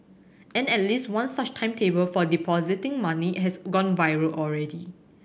and at least one such timetable for depositing money has gone viral already